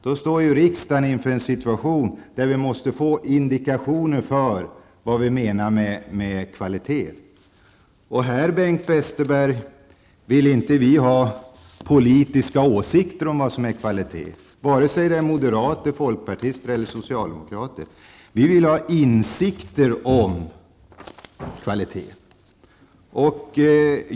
Riksdagen står här inför en situation där vi måste ge indikationer på vad vi menar med kvalitet. Här vill vi inte, Bengt Westerberg, ha politiska åsikter om vad som är kvalitet, vare sig de är moderata, folkpartistiska eller socialdemokratiska. Vi vill ha insikter om kvalitet.